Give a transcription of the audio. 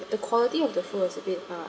the quality of the food was a bit uh